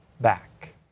back